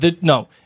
No